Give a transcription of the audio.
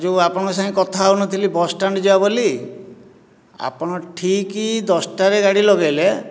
ଯେଉଁ ଆପଣଙ୍କ ସହ କଥା ହେଉନଥିଲି ବସ୍ ଷ୍ଟାଣ୍ଡ ଯିବା ବୋଲି ଆପଣ ଠିକ୍ ଦଶଟାରେ ଗାଡ଼ି ଲଗାଇଲେ